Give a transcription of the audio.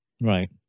Right